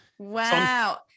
wow